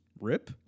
rip